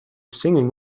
singing